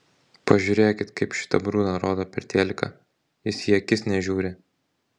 pažiūrėkit kaip šitą brudą rodo per teliką jis į akis nežiūri